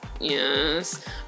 yes